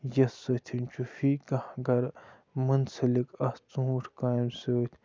یَتھ سۭتۍ چھُ فی کانٛہہ گَرٕ مٕنسلِک اَتھ ژوٗنٛٹھ کامہِ سۭتۍ